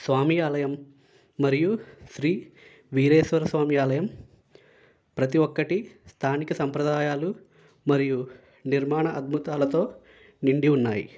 స్వామి ఆలయం మరియు శ్రీ వీరేశ్వర స్వామి ఆలయం ప్రతి ఒక్కటి స్థానిక సాంప్రదాయాలు మరియు నిర్మాణ అద్భుతాలతో నిండి ఉన్నాయి